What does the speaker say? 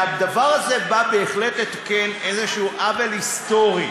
הדבר הזה בא בהחלט לתקן איזה עוול היסטורי